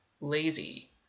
lazy